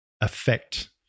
affect